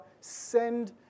send